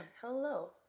hello